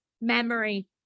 memory